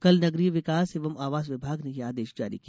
कल नगरीय विकास एवं आवास विभाग ने यह आदेश जारी किया